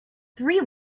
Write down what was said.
three